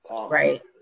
Right